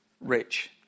rich